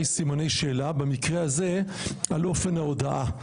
סימני שאלה במקרה הזה על אופן ההודעה.